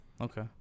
okay